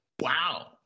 Wow